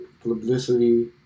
publicity